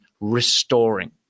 restoring